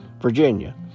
Virginia